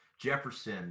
Jefferson